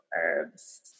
herbs